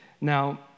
Now